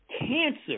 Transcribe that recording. cancer